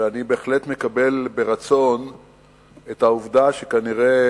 ואני בהחלט מקבל ברצון את העובדה שכנראה